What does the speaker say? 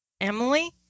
Emily